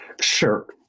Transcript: Sure